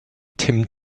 tim